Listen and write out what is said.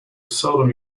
seldom